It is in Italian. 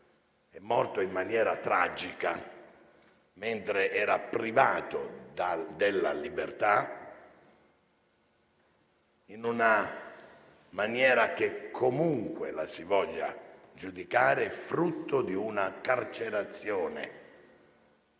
è morto in maniera tragica mentre era privato della libertà, in una maniera che, comunque la si voglia giudicare, è frutto di una carcerazione